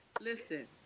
Listen